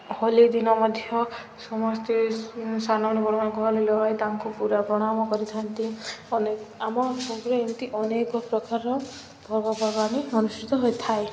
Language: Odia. ହୋଲି ଦିନ ମଧ୍ୟ ସମସ୍ତେ ସାନମାନେ ବଡ଼ମାନଙ୍କୁ ହୋଲି ଲଗାଇ ତାଙ୍କୁ ପୁରା ପ୍ରଣାମ କରିଥାନ୍ତି ଅନେକ ଆମ ସୋନପୁରରେ ଏମିତି ଅନେକ ପ୍ରକାରର ପର୍ବପର୍ବାଣି ଅନୁଷ୍ଠିତ ହୋଇଥାଏ